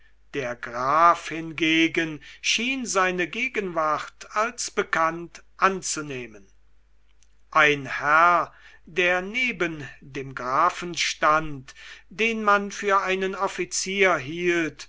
der graf hingegen schien seine gegenwart als bekannt anzunehmen ein herr der neben dem grafen stand den man für einen offizier hielt